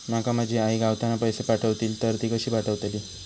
माका माझी आई गावातना पैसे पाठवतीला तर ती कशी पाठवतली?